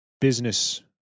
business